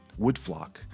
Woodflock